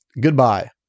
Goodbye